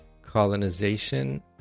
colonization